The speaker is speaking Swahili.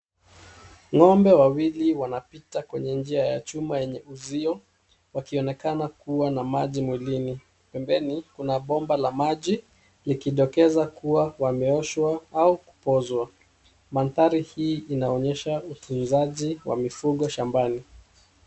Ng'ombe wawili wanapita kwenye njia ya chuma yenye uzio, wakionekana kuwa na maji mwilini. Pembeni kuna bomba la maji, likidokeza kuwa wameoshwa au kupozwa. Mandhari hii inaonyesha utunzaji wa mifugo shambani.